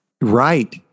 Right